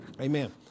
Amen